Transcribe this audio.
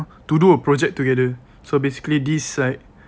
to do a project together so basically this like